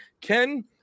Ken